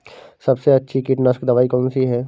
सबसे अच्छी कीटनाशक दवाई कौन सी है?